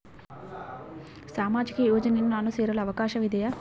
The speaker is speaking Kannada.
ಸಾಮಾಜಿಕ ಯೋಜನೆಯನ್ನು ನಾನು ಸೇರಲು ಅವಕಾಶವಿದೆಯಾ?